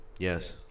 Yes